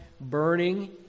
burning